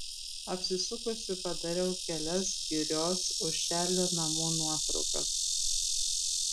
apsisukusi padariau kelias girios už čarlio namų nuotraukas